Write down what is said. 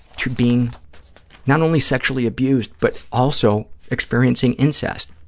to being not only sexually abused, but also experiencing incest,